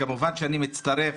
כמובן מצטרף